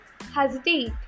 hesitate